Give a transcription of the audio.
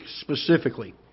specifically